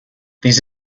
these